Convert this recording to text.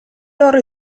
loro